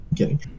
Okay